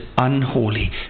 unholy